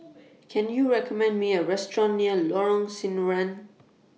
Can YOU recommend Me A Restaurant near Lorong Sinaran